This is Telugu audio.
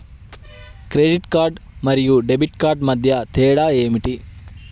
క్రెడిట్ కార్డ్ మరియు డెబిట్ కార్డ్ మధ్య తేడా ఏమిటి?